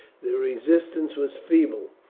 the resistance was feeble.